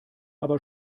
aber